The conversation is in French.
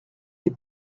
les